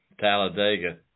Talladega